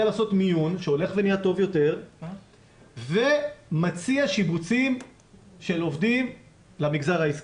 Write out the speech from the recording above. לעשות מיון שהולך ונהיה טוב יותר ומציע שיבוצים של עובדים למגזר העסקי.